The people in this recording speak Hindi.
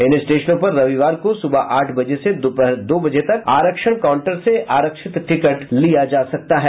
इन स्टेशनों पर रविवार को सुबह आठ बजे से दोपहर दो बजे तक आरक्षण काउंटर से आरक्षित टिकट लिया जा सकता है